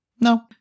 no